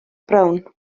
brown